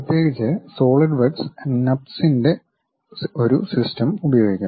പ്രത്യേകിച്ച് SolidWorks NURBS ന്റെ ഒരു സിസ്റ്റം ഉപയോഗിക്കുന്നു